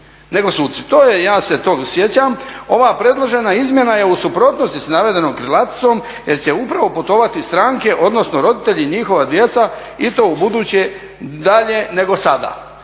nego suci. Ja se toga sjećam, ova predložena izmjena je u suprotnosti sa navedenom … jer će upravo putovati stranke, odnosno roditelji i njihova djeca i to ubuduće dalje nego sada.